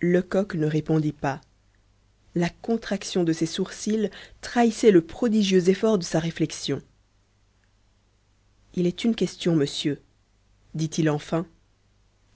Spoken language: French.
lecoq ne répondit pas la contraction de ses sourcils trahissait le prodigieux effort de sa réflexion il est une question monsieur dit-il enfin